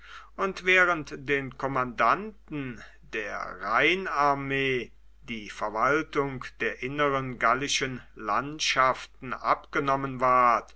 und während den kommandanten der rheinarmee die verwaltung der inneren gallischen landschaften abgenommen ward